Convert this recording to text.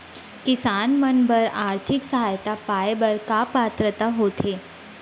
किसान मन बर आर्थिक सहायता पाय बर का पात्रता होथे?